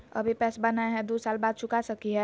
अभि पैसबा नय हय, दू साल बाद चुका सकी हय?